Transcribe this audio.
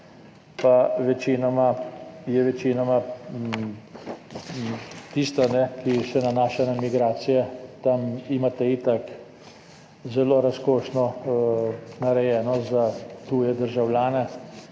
pa je večinoma tista, ki se nanaša na migracije. Tam imate itak zelo razkošno narejeno za tuje državljane,